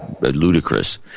ludicrous